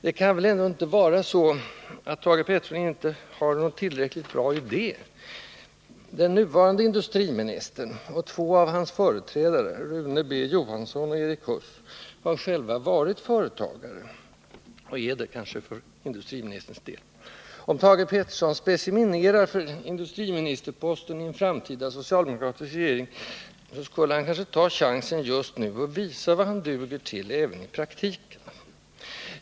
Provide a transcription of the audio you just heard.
Det kan väl ändå inte vara så att Thage Peterson inte har någon tillräckligt bra idé. Den nuvarande industriministern och två av hans företrädare, Rune B. Johansson och Erik Huss, har själva varit företagare. För industriministerns del gäller det väl fortfarande. Om Thage Peterson speciminerar för industriministerposten i en framtida socialdemokratisk regering skulle han kanske ta chansen just nu och visa vad han duger till även i praktiken.